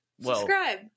Subscribe